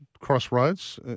crossroads